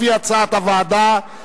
לפי הצעת הוועדה.